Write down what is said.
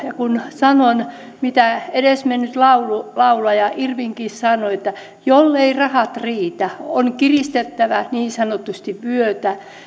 sanon mitä edesmennyt laulaja laulaja irwinkin sanoi että jollei rahat riitä on kiristettävä niin sanotusti vyötä